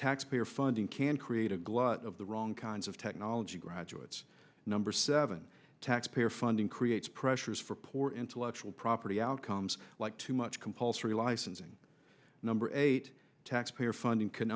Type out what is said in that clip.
taxpayer funding can create a glut of the wrong kinds of technology graduates number seven taxpayer funding creates pressures for poor intellectual property outcomes like too much compulsory licensing number eight taxpayer funding can